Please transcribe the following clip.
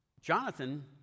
Jonathan